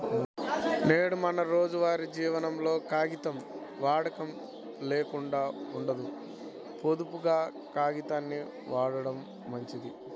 నేడు మన రోజువారీ జీవనంలో కాగితం వాడకం లేకుండా ఉండదు, పొదుపుగా కాగితాల్ని వాడటం మంచిది